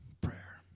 prayer